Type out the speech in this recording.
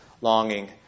longing